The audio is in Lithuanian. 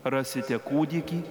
rasite kūdikį